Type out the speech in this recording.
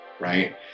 right